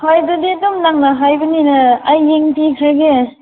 ꯍꯣꯏ ꯑꯗꯨꯗꯤ ꯑꯗꯨꯝ ꯅꯪꯅ ꯍꯥꯏꯕꯅꯤꯅ ꯑꯩ ꯌꯦꯡꯕꯤ ꯈ꯭ꯔꯒꯦ